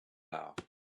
laughed